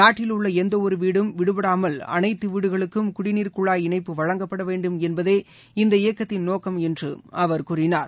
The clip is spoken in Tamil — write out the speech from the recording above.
நாட்டிலுள்ள எந்த இரு வீடும் விடுபடாமல் அனைத்து வீடுகளுக்கும் குடிநீர் குழாய் இணைப்பு வழங்கப்பட வேண்டும் என்பதே இந்த இயக்கத்தின் நோக்கம் என்று அவர் கூறினார்